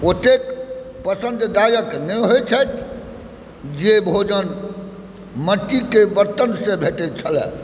ओतेक पसन्ददायक नहि होइत छथि जे भोजन मट्टीके बर्तनसंँ भेटैत छल